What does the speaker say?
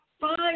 five